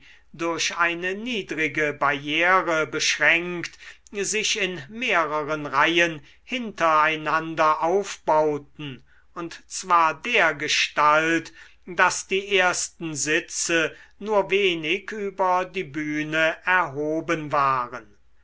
durch eine niedrige barriere beschränkt sich in mehreren reihen hinter einander aufbauten und zwar dergestalt daß die ersten sitze nur wenig über die bühne erhoben waren